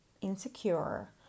insecure